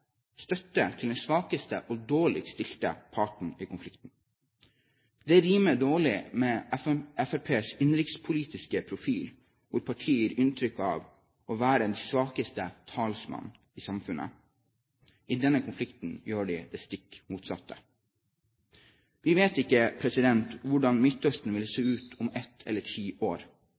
støtte til den svakeste og dårligst stilte parten i konflikten. Det rimer dårlig med Fremskrittspartiets innenrikspolitiske profil, hvor partiet gir inntrykk av å være den svakestes talsmann i samfunnet. I denne konflikten gjør de det stikk motsatte. Vi vet ikke hvordan Midtøsten vil se ut om ett eller er ti år,